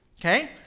Okay